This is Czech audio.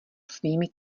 svými